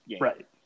Right